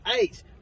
eight